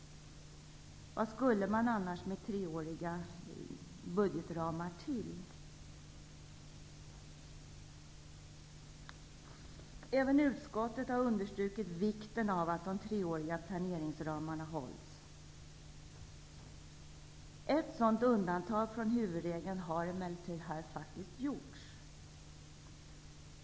Vad skall man annars med treåriga budgetramar till? Även utskottet har understrukit vikten av att de treåriga planeringsramarna hålls. Ett undantag från huvudregeln har emellertid medgivits.